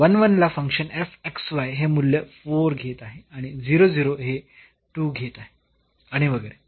म्हणून ला फंक्शन हे मूल्य 4 घेत आहे आणि हे 2 घेत आहे आणि वगैरे